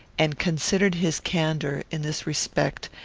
and considered his candour, in this respect,